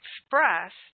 expressed